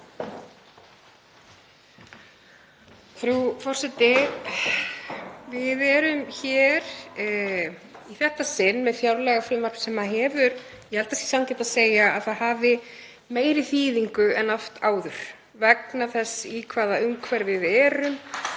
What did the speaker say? Frú forseti. Við erum hér í þetta sinn með fjárlagafrumvarp sem ég held að sé sanngjarnt að segja að hafi meiri þýðingu en oft áður vegna þess í hvaða umhverfi við erum,